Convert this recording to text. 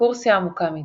רקורסיה עמוקה מאוד